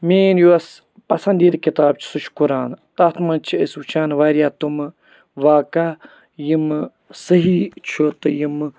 میٛٲنۍ یۄس پَسنٛدیٖدٕ کِتاب چھِ سُہ چھِ قُران تَتھ منٛز چھِ أسۍ وٕچھان واریاہ تٕمہٕ واقعہ یِمہٕ صٔحیح چھُ تہٕ یِمہٕ